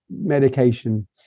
medication